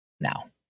now